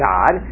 God